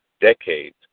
decades